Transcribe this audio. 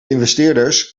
investeerders